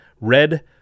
red